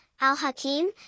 Al-Hakim